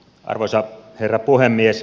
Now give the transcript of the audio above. arvoisa herra puhemies